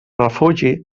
refugi